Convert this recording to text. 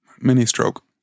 Mini-stroke